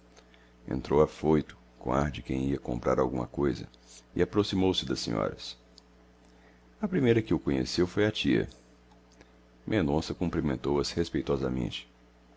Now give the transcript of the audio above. entrou afoito com ar de quem ia comprar alguma coisa e aproximou-se das senhoras a primeira que o conheceu foi a tia mendonça cumprimentou as respeitosamente